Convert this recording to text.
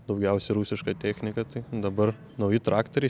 daugiausiai rusiška technika tai dabar nauji traktoriai